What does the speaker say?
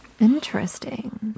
Interesting